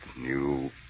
new